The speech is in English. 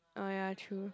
orh ya true